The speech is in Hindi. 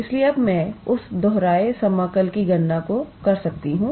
इसलिए अब मैं उस दोहराया समाकल की गणना को कर सकती हूं